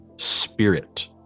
spirit